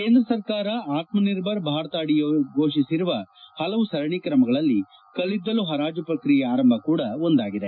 ಕೇಂದ್ರ ಸರ್ಕಾರ ಆತ್ಮ ನಿರ್ಭರ್ ಭಾರತ ಅದಿ ಘೋಷಿಸಿರುವ ಹಲವು ಸರಣಿ ಕ್ರಮಗಳಲ್ಲಿ ಕಲ್ಲಿದ್ದಲು ಹರಾಜು ಪ್ರಕ್ರಿಯೆ ಆರಂಭ ಕೂಡ ಒಂದಾಗಿದೆ